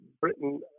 britain